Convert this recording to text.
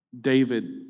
David